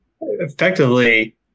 effectively